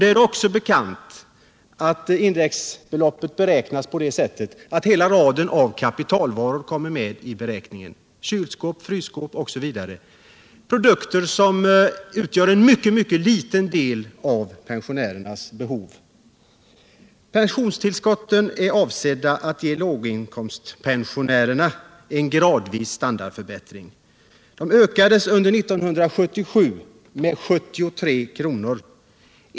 Det är också bekant att indexbeloppet beräknas på det sättet att hela raden av kapitalvaror kommer med i beräkningen — kylskåp, frysskåp osv. — produkter som utgör en mycket liten del av pensionärernas konsumtion. Pensionstillskotten är avsedda att ge låginkomstpensionärerna en gradvis standardförbättring. De höjdes under 1977 med 73 kr.